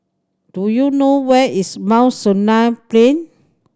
do you know where is Mount Sinai Plain